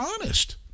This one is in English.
honest